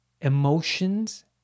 emotions